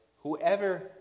whoever